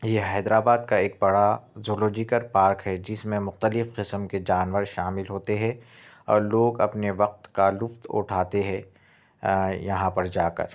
یہ حیدرآباد کا ایک بڑا زولیجیکل پارک ہے جس میں مختلف قسم کے جانور شامل ہوتے ہیں اور لوگ اپنے وقت کا لُطف اُٹھاتے ہیں آ یہاں پر جا کر